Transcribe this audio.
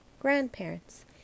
Grandparents